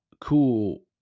cool